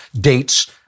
dates